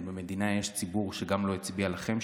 ובמדינה יש גם ציבור שלא הצביע לכם,